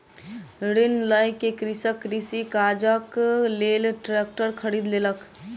ऋण लय के कृषक कृषि काजक लेल ट्रेक्टर खरीद लेलक